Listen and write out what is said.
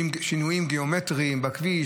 שינויים גיאומטריים בכביש,